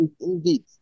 Indeed